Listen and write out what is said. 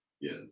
Yes